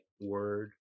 word